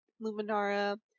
Luminara